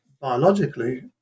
biologically